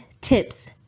tips